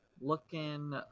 looking